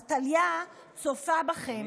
אז טליה צופה בכם.